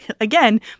again